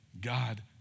God